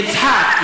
יצחק,